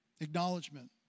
Acknowledgement